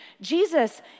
Jesus